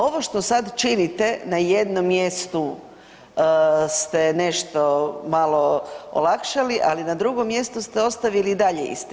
Ovo što sad činite na jednom mjestu ste nešto malo olakšali, ali na drugom mjestu ste ostavili i dalje isto.